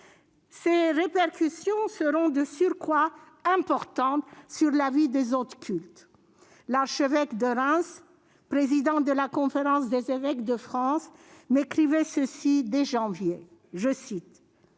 Ses répercussions seront, de surcroît, importantes sur la vie des autres cultes. L'archevêque de Reims, président de la Conférence des évêques de France, m'écrivait dès janvier :«